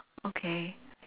okay